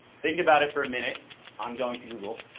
think about it for a minute i'm going to google.